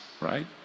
right